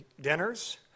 Dinners